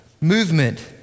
movement